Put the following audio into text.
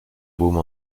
baume